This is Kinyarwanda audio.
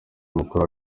mukuru